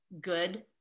good